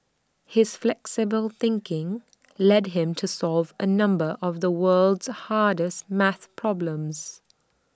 his flexible thinking led him to solve A number of the world's hardest math problems